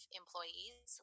employees